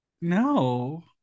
no